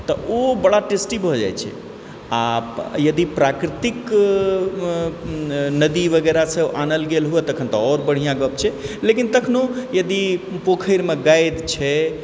तऽ ओ बड़ा टेस्टी भऽ जाइत छै आ यदि प्राकृतिक नदी वगैरहसँ आनल गेल हुए तखन तऽ आओर बढ़िआँ गप्प छै लेकिन तखनो यदि पोखरिमे गादि छै